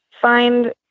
Find